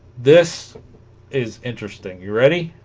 this is interesting you ready